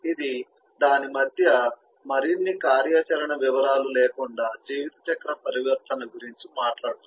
ఇది దాని మధ్య మరిన్ని కార్యాచరణ వివరాలు లేకుండా జీవితచక్ర పరివర్తన గురించి మాట్లాడుతుంది